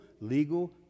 legal